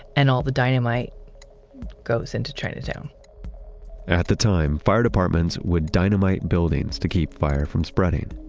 and all the dynamite goes into chinatown at the time, fire departments would dynamite buildings to keep fire from spreading.